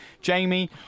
Jamie